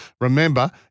Remember